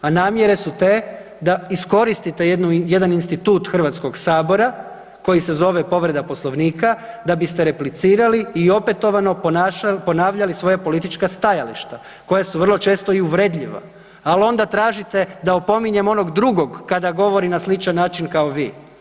A namjere su te da iskoristite jedan institut HS koji se zove povreda Poslovnika da biste replicirali i opetovano ponavljali svoja politička stajališta koja su vrlo često i uvredljiva, al onda tražite da opominjem onog drugog kada govori na sličan način kao vi.